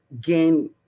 gain